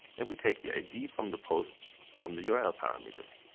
and we take the id from the post from the url parameters.